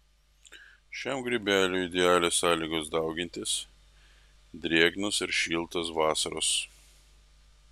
šiam grybeliui idealios sąlygos daugintis drėgnos ir šiltos vasaros